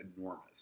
enormous